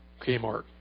Kmart